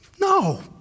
No